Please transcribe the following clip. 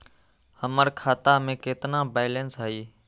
हमर खाता में केतना बैलेंस हई?